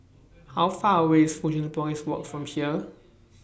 How Far away IS Fusionopolis Walk from here